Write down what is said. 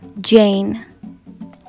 Jane